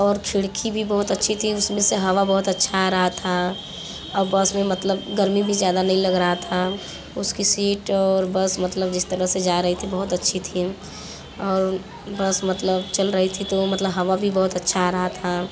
और खिड़की भी बहुत अच्छी थी उसमें से हवा बहुत अच्छा आ रही थी अब बस में मतलब गर्मी भी ज़्यादा नहीं लग रहा थी उसकी सीट और बस मतलब जिस तरह से जा रही थी बहुत अच्छी थी और बस मतलब चल रही थी तो मतलब हवा भी बहुत अच्छा आ रहा था